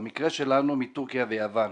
במקרה שלנו מטורקיה ויוון.